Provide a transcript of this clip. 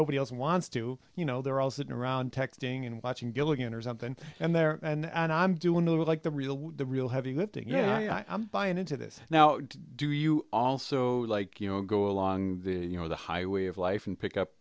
nobody else wants to you know they're all sitting around texting and watching gilligan or something and there and and i'm doing like the real the real heavy lifting yeah i'm buying into this now do you also like you know go along the you know the highway of life and pick up